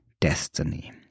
destiny